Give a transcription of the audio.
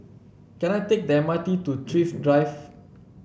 can I take the M R T to Thrift Drive